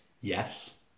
Yes